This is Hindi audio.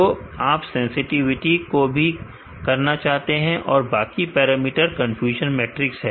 तो आप सेंसटिविटी की भी करना कर सकते हैं और बाकी पैरामीटर कन्फ्यूजन मैट्रिक्स है